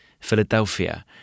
Philadelphia